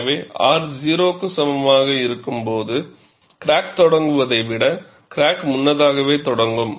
எனவே R 0 க்கு சமமாக இருக்கும்போது கிராக் தொடங்குவதை விட கிராக் முன்னதாகவே தொடங்கும்